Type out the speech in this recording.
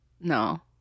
No